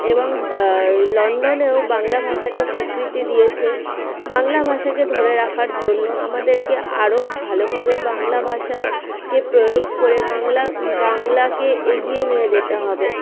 এবং লন্ডনেও বাংলা ভাষাকে স্বীকৃতি দিয়েছে বাংলা ভাষাকে ধরে রাখার জন্য আমাদেরকে আরও ভালোভাবে বাংলা ভাষাকে প্রয়োগ করে বাংলা বাংলাকে এগিয়ে নিয়ে যেতে হবে